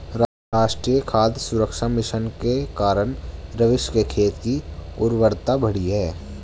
राष्ट्रीय खाद्य सुरक्षा मिशन के कारण रवीश के खेत की उर्वरता बढ़ी है